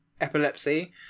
epilepsy